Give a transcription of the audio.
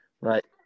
Right